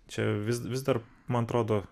čia vis vis dar man atrodo